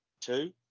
two